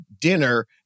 dinner